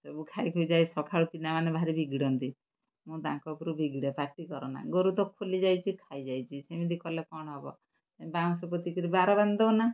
ସବୁ ଖାଇଖୁଇ ଯାଏ ସକାଳୁ ପିଲାମାନେ ଭାରି ବିଗଡ଼ନ୍ତି ମୁଁ ତାଙ୍କ ଉପରୁ ବିଗିଡ଼େ ପାଟି କରନା ଗୋରୁ ତ ଖୋଲି ଯାଇଛି ଖାଇଯାଇଛି ସେମିତି କଲେ କ'ଣ ହେବ ବାଉଁଶ ପୋତିକରି ବାଡ଼ ବାନ୍ଧିଦେଉ ନା